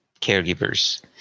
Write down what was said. caregivers